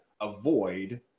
avoid